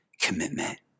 commitment